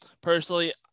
Personally